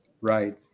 Right